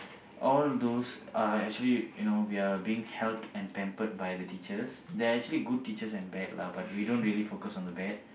all those are actually you know we are being held and pampered by the teachers there are actually good teachers and bad lah but we don't really focus on the bad